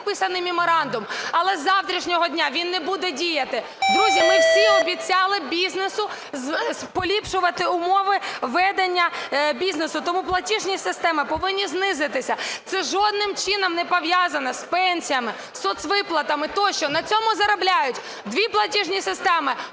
підписаний меморандум, але з завтрашнього дня він не буде діяти. Друзі, ми всі обіцяли бізнесу поліпшувати умови ведення бізнесу, тому платіжні системи повинні знизитися. Це жодним чином не пов'язано з пенсіями, соцвиплатами тощо. На цьому заробляють дві платіжні системи: